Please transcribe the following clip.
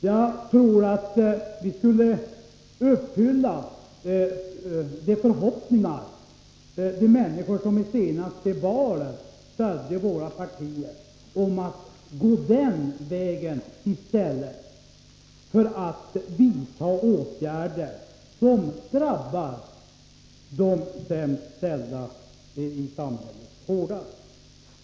Jag tror att vi skulle uppfylla förhoppningarna hos människor som vid det senaste valet stödde våra partier, om vi gick fram på den vägen, istället för att vidta åtgärder som drabbar de sämst ställda i samhället hårdast.